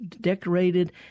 decorated